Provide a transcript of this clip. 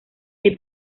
que